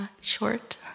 short